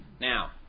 Now